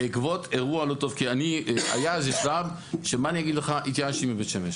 כי היה שלב התייאשתי מבית שמש.